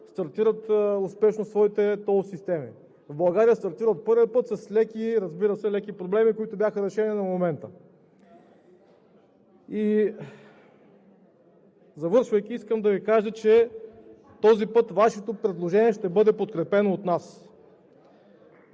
стартират успешно своите тол системи. В България стартира от първия път, разбира се, с леки проблеми, които бяха решени на момента. Завършвайки, искам да Ви кажа, че Вашето предложение ще бъде подкрепено от нас.